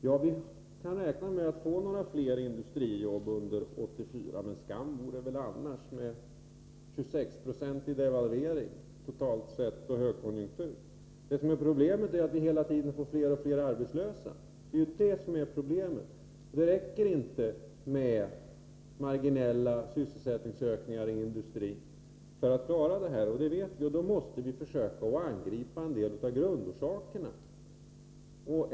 Ja, vi kan räkna med att få fler industrijobb under 1984, men skam vore det väl annars — med en 26-procentig devalvering totalt sett och högkonjunktur. Det stora problemet är emellertid att vi hela tiden får fler och fler arbetslösa. Det räcker inte med marginella sysselsättningsökningar i industrin för att klara denna situation — det vet vi. Då måste vi försöka angripa en del av grundorsakerna.